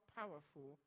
powerful